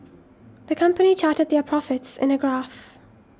the company charted their profits in a graph